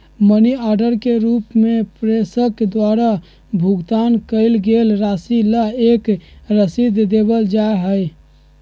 money order के रूप में प्रेषक द्वारा भुगतान कइल गईल राशि ला एक रसीद देवल जा हई